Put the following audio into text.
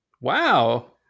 Wow